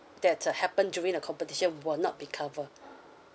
that happen during the competition will not be covered